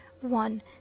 one